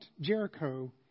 Jericho